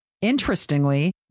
Interestingly